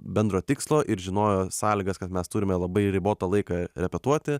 bendro tikslo ir žinojo sąlygas kad mes turime labai ribotą laiką repetuoti